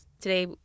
today